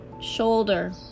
Shoulder